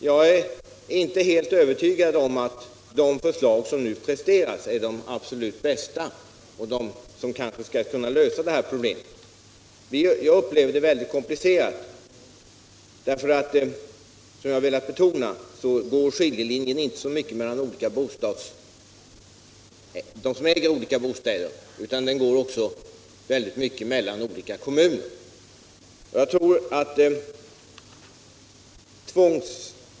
Jag är inte helt övertygad om att de förslag som nu har presterats är de absolut bästa när det gäller att lösa problemen. Jag upplever den här frågan som mycket komplicerad och jag vill betona att skiljelinjen inte bara går mellan olika grupper av fastighetsägare, utan den går också i hög grad mellan olika kommuner.